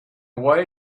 way